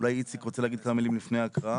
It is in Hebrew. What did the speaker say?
אולי איציק רוצה להגיד כמה מילים לפני ההקראה?